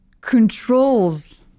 controls